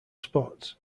spots